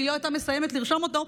גם אם היא לא הייתה מסיימת לרשום אותו,